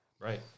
Right